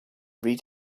read